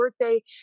birthday